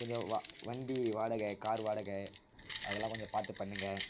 கொஞ்சம் வ வண்டி வாடகை கார் வாடகை அதெல்லாம் கொஞ்சம் பார்த்து பண்ணுங்கள்